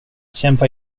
kämpa